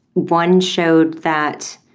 one showed that,